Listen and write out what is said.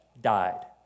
died